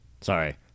Sorry